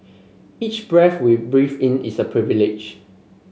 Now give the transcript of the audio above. each breath we breathe in is a privilege